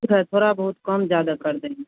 कहे तो रहे बहुत कम ज़्यादा कर देंगे